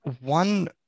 One